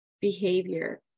behavior